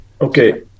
Okay